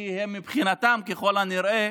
כי הם מבחינתם, ככל הנראה,